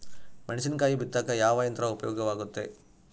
ಮೆಣಸಿನಕಾಯಿ ಬಿತ್ತಾಕ ಯಾವ ಯಂತ್ರ ಉಪಯೋಗವಾಗುತ್ತೆ?